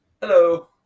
Hello